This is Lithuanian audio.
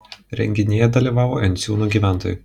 renginyje dalyvavo enciūnų gyventojai